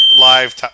live